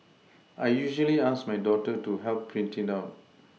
I usually ask my daughter to help print it out